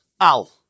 al